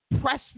press